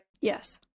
yes